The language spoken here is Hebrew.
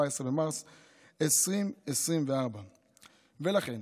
14 במרץ 2024. לכן